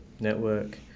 Network